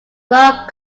club